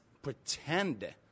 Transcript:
Pretend